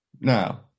Now